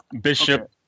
Bishop